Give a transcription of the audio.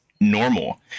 normal